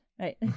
Right